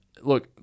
look